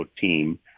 team